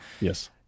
Yes